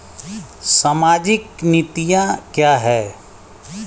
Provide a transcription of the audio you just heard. सामाजिक नीतियाँ क्या हैं?